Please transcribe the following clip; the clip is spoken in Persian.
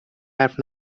حرف